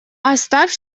оставь